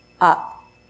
up